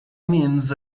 means